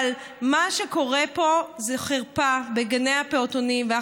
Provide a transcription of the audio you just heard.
אבל מה שקורה פה בגני הפעוטונים זה חרפה.